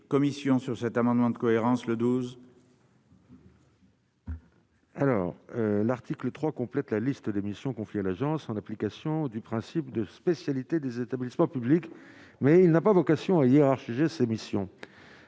commissions, sur cet amendement, de cohérence, le 12. Alors l'article 3 complètent la liste des missions confiées à l'agence en application du principe de spécialité des établissements publics, mais il n'a pas vocation à hiérarchiser ses missions